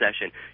session